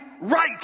right